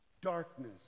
darkness